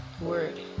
word